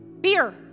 beer